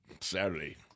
Saturday